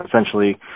essentially